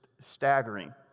staggering